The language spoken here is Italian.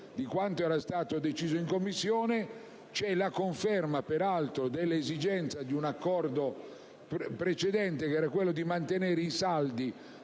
di quanto era stato deciso in Commissione. C'è la conferma peraltro dell'esigenza di un accordo precedente di mantenere i saldi